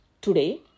Today